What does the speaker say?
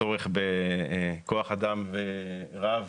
הצורך בכוח אדם רב